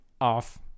off